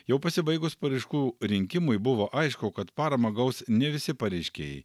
jau pasibaigus paraiškų rinkimui buvo aišku kad paramą gaus ne visi pareiškėjai